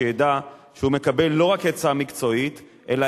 שידע שהוא מקבל לא רק עצה מקצועית אלא